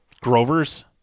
Grover's